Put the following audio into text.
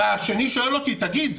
והשני שואל אותי: תגיד,